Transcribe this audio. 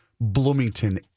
Bloomington